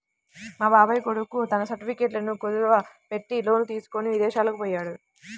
మా బాబాయ్ కొడుకు తన సర్టిఫికెట్లను కుదువబెట్టి లోను తీసుకొని ఇదేశాలకు పొయ్యాడు